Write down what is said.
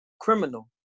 criminal